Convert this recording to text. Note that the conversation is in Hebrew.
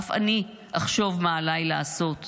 אף אני אחשוב מה עליי לעשות כאזרח,